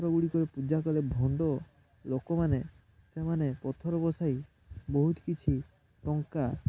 ପଥରଗୁଡ଼ିକ ପୂଜାକଲେ ଭଣ୍ଡ ଲୋକମାନେ ସେମାନେ ପଥର ବସାଇ ବହୁତ କିଛି ଟଙ୍କା